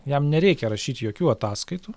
jam nereikia rašyt jokių ataskaitų